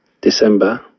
December